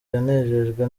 yanejejwe